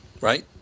Right